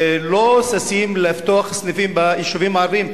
לא ששים לפתוח סניפים ביישובים הערביים,